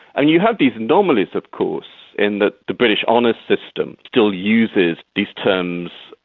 i mean you have these anomalies, of course, in that the british honours system still uses these terms,